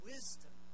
Wisdom